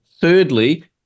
Thirdly